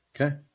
Okay